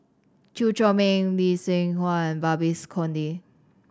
Chew Chor Meng Lee Seng Huat Babes Conde